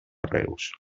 reus